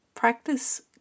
Practice